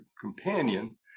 companion